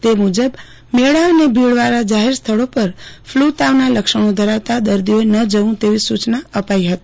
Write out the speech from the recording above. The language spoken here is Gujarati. તે મુજબ મેળા અને ભીડવાળા જાહેર સ્થળો પર ફલુ તાવના લક્ષણો ધરાવતા દર્દીઓએ ન જવું તેવી સુચના અપાઈ હતી